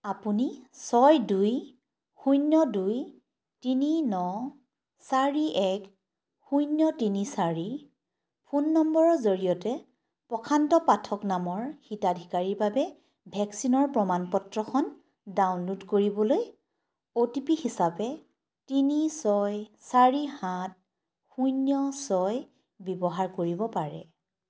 আপুনি ছয় দুই শূন্য দুই তিনি ন চাৰি এক শূন্য তিনি চাৰি ফোন নম্বৰৰ জৰিয়তে প্ৰশান্ত পাঠক নামৰ হিতাধিকাৰীৰ বাবে ভেকচিনৰ প্ৰমাণ পত্ৰখন ডাউনল'ড কৰিবলৈ অ' টি পি হিচাপে তিনি ছয় চাৰি সাত শূন্য ছয় ব্যৱহাৰ কৰিব পাৰে